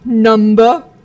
Number